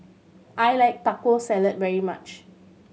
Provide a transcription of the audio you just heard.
I like Taco Salad very much